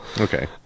Okay